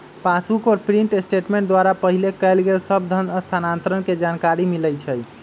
passbook पर print statement द्वारा पहिले कएल गेल सभ धन स्थानान्तरण के जानकारी मिलइ छइ